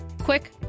quick